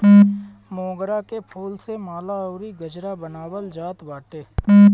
मोगरा के फूल से माला अउरी गजरा बनावल जात बाटे